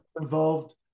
involved